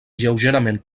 lleugerament